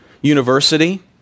university